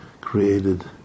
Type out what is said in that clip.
created